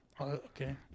Okay